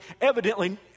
Evidently